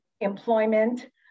employment